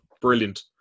Brilliant